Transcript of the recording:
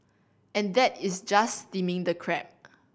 and that is just steaming the crab